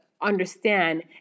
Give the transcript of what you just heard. Understand